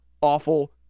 awful